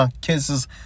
Kisses